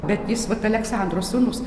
bet jis vat aleksandro sūnus